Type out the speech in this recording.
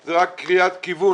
אלא זו רק קריאת כיוון